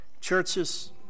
churches